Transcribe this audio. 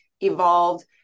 evolved